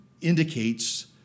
indicates